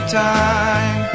time